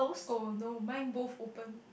oh no mine both open